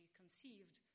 conceived